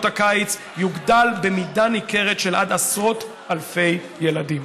הקיץ יגדל במידה ניכרת של עד עשרות אלפי ילדים.